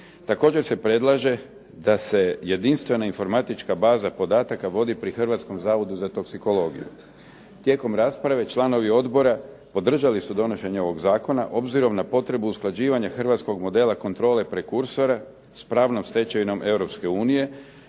Također se predlaže da se jedinstvena informatička baza podataka vodi pri Hrvatskom zavodu za toksikologiju. Tijekom rasprave članovi odbora podržali su donošenje ovog zakona obzirom na potrebu usklađivanja hrvatskog modela kontrole prekursora s pravnom stečevinom EU